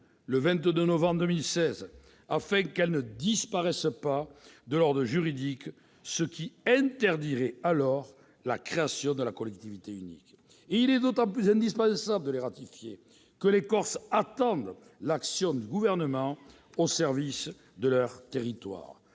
le 22 novembre 2016, afin qu'elles ne disparaissent pas de l'ordre juridique, ce qui empêcherait la création de la collectivité unique. Il est d'autant plus indispensable de les ratifier que les Corses attendent l'action du Gouvernement au service de leur territoire.